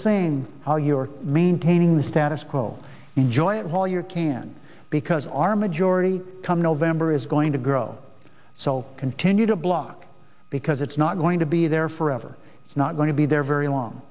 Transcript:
saying how you are maintaining the status quo enjoy it while you can because our majority come november is going to grow so continue to block because it's not going to be there forever it's not going to be there very long